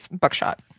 buckshot